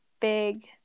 big